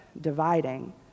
dividing